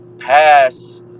pass